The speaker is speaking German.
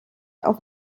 auf